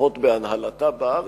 לפחות בהנהלתה בארץ,